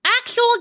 actual